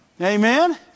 Amen